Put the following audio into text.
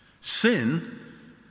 Sin